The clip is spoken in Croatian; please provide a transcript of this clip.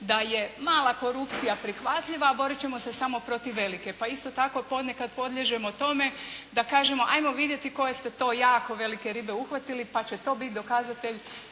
da je mala korupcija prihvatljiva, a borit ćemo se samo protiv velike, pa isto tako ponekada podliježemo tome da kažemo, 'ajmo vidjeti koje ste to jako velike ribe uhvatili, pa će to biti pokazatelj